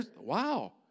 Wow